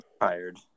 Tired